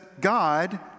God